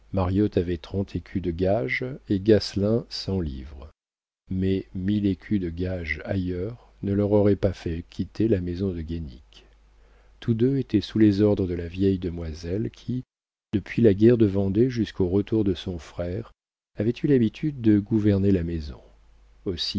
avait trente écus de gages et gasselin cent livres mais mille écus de gages ailleurs ne leur auraient pas fait quitter la maison du guénic tous deux étaient sous les ordres de la vieille demoiselle qui depuis la guerre de vendée jusqu'au retour de son frère avait eu l'habitude de gouverner la maison